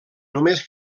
només